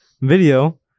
video